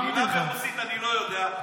מילה ברוסית אני לא יודע.